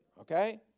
okay